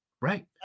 Right